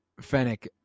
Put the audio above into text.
Fennec